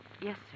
Yes